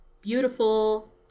beautiful